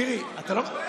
שירי, אתה לא,